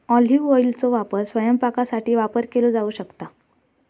olive ऑइलचो वापर स्वयंपाकासाठी वापर केलो जाऊ शकता